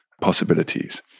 possibilities